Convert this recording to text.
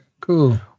cool